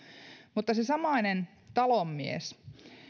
se samainen talonmies